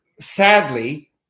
sadly